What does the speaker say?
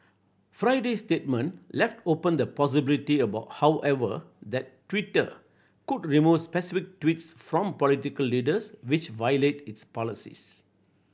Friday's statement left open the possibility about however that Twitter could remove specific tweets from political leaders which violate its policies